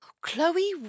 Chloe